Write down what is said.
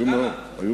כמה?